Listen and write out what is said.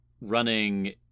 running